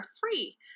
free